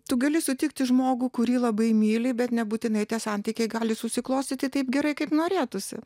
tu gali sutikti žmogų kurį labai myli bet nebūtinai tie santykiai gali susiklostyti taip gerai kaip norėtųsi